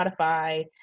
Spotify